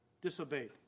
disobeyed